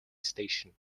station